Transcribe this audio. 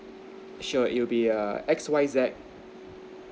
sure it would be err X Y Z